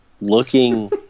looking